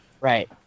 Right